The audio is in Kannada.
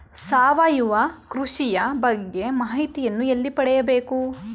ಸಾವಯವ ಕೃಷಿಯ ಬಗ್ಗೆ ಮಾಹಿತಿಯನ್ನು ಎಲ್ಲಿ ಪಡೆಯಬೇಕು?